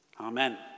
Amen